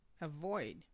Avoid